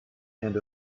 and